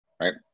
right